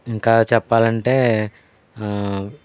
ఇంకా చెప్పాలంటే